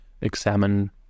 examine